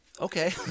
okay